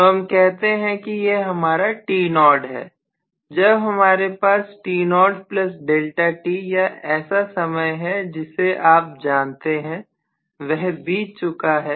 तो हम कहते हैं कि यह हमारा t0 है जब हमारे पास या ऐसा समय है जिसे आप जानते हैं वह बीत चुका है